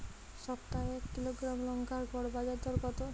সপ্তাহে এক কিলোগ্রাম লঙ্কার গড় বাজার দর কতো?